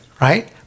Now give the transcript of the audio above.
right